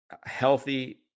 healthy